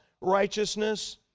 righteousness